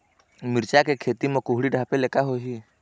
मिरचा के खेती म कुहड़ी ढापे ले का होही?